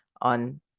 on